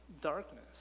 darkness